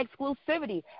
exclusivity